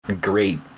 great